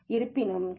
இருப்பினும் கே